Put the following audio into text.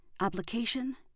Application